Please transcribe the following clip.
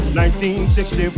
1960